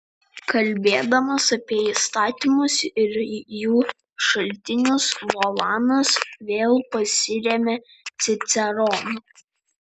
kalbėdamas apie įstatymus ir jų šaltinius volanas vėl pasiremia ciceronu